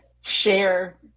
share